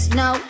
no